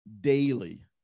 daily